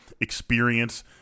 experience